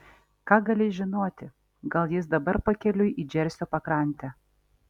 ką gali žinoti gal jis dabar pakeliui į džersio pakrantę